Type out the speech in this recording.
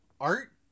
Art